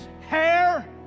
hair